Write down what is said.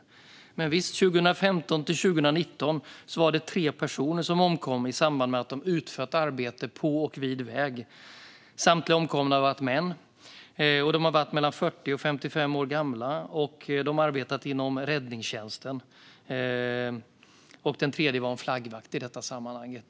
Åren 2015-2019 omkom tre personer i samband med att de utförde arbete på och vid väg. Samtliga omkomna var män mellan 40 och 55 år gamla, två arbetade inom räddningstjänsten och den tredje var flaggvakt i sammanhanget.